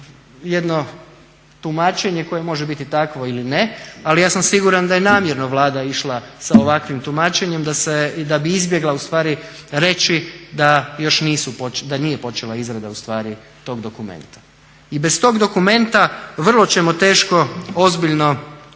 jedno tumačenje koje može biti takvo ili ne, ali ja sam siguran da je namjerno Vlada išla sa ovakvim tumačenjem da bi izbjegla ustvari reći da još nije počela izrada ustvari tog dokumenta. I bez tog dokumenta vrlo ćemo teško ozbiljno